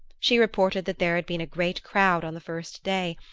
she reported that there had been a great crowd on the first day,